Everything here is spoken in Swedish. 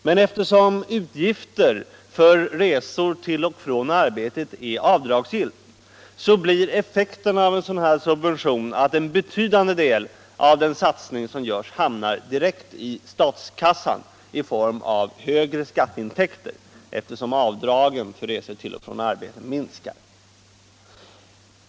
Men eftersom utgifter för resor till och från arbetet är avdragsgilla, blir effekten av en sådan subvention att en betydande del av den satsning som görs hamnar direkt i statskassan i form av högre skatteintäkter, då avdragen för resor till och från arbetet minskar.